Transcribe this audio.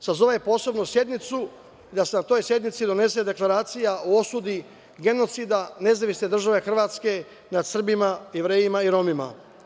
sazove posebnu sednicu i da se na toj sednici donese deklaracija o osudi genocida NDH nad Srbima, Jevrejima i Romima.